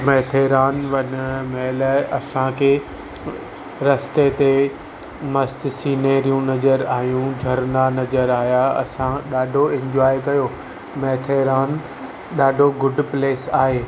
माथेरान वञण महिल असांखे रस्ते ते मस्त सीनेरियूं नज़र आहियूं झरना नज़र आहियां असां ॾाढो इंजोए कयो माथेरान ॾाढो गुड प्लेस आहे